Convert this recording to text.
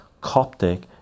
Coptic